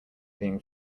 being